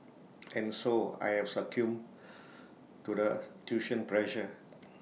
and so I have succumbed to the tuition pressure